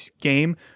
game